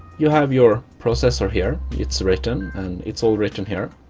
you have your processor here. it's written and it's all written here